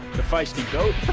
the fiesty goat!